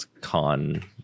Con